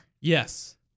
Yes